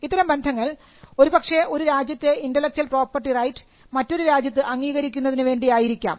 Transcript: ഇത്തരം ബന്ധങ്ങൾ ഒരു പക്ഷേ ഒരു രാജ്യത്തെ ഇന്റെലക്ച്വൽ പ്രോപർട്ടി റൈറ്റ് മറ്റൊരു രാജ്യത്ത് അംഗീകരിക്കുന്നതിന് വേണ്ടി ആയിരിക്കാം